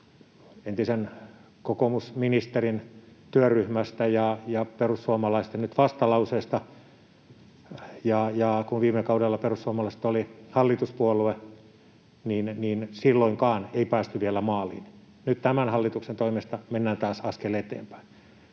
entisen kokoomusministerin työryhmästä ja nyt perussuomalaisten vastalauseesta. Kun viime kaudella perussuomalaiset olivat hallituspuolue, niin silloinkaan ei päästy vielä maaliin. Nyt tämän hallituksen toimesta mennään taas askel eteenpäin.